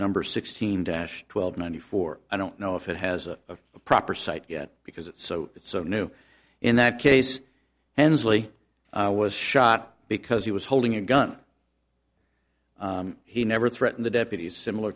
number sixteen dash twelve ninety four i don't know if it has a proper cite yet because it's so it's so new in that case hensley was shot because he was holding a gun he never threatened the deputies similar